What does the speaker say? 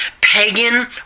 pagan